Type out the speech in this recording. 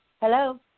Hello